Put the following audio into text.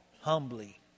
humbly